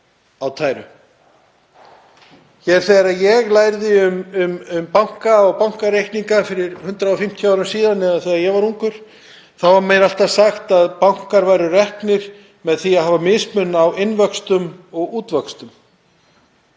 tæru. Þegar ég lærði um banka og bankareikninga fyrir 150 árum, eða þegar ég var ungur, þá var mér alltaf sagt að bankar væru reknir á því með því að hafa mismun á innvöxtum og útvöxtum.